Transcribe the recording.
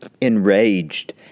Enraged